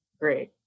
Great